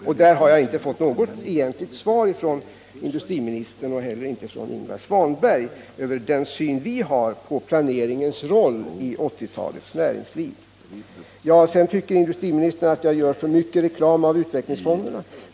Jag har inte fått något egentligt svar från industriministern, och inte heller från Ingvar Svanberg, när det gäller den syn vi har på planeringens roll i 1980-talets näringsliv. Sedan tycker industriministern att jag gör för mycket reklam av utvecklingsfonderna.